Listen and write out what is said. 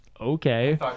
okay